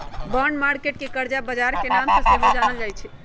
bond market के करजा बजार के नाम से सेहो जानल जाइ छइ